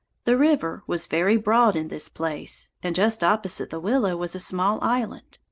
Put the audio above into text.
the river was very broad in this place, and just opposite the willow was a small island.